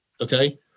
okay